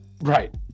Right